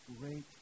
great